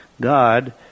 God